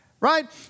right